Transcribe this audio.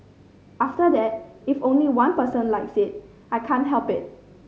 after that if only one person likes it I can't help it